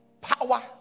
Power